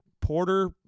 porter